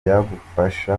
byagufasha